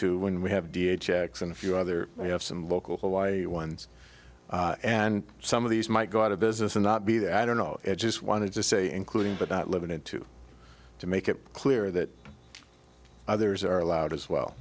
to when we have d h x and a few other we have some local hawaii ones and some of these might go out of business and not be there i don't know i just wanted to say including but not limited to to make it clear that others are allowed as well